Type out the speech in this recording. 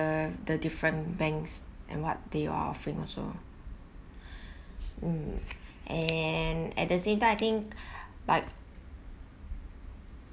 uh the different banks and what they are offering also mm and at the same time I think like